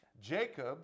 Jacob